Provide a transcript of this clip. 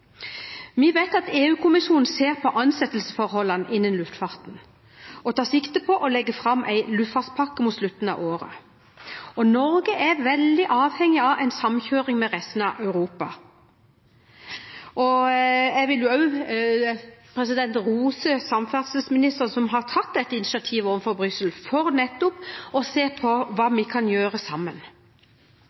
Vi vet at EU-kommisjonen ser på ansettelsesforholdene innen luftfarten og tar sikte på å legge fram en luftfartspakke mot slutten av året, og Norge er veldig avhengig av en samkjøring med resten av Europa. Jeg vil rose samferdselsministeren som har tatt dette initiativet overfor Brussel, for nettopp å se på hva vi kan gjøre sammen.